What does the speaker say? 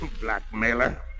Blackmailer